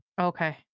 Okay